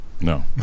no